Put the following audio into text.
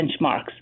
benchmarks